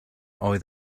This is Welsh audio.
oedd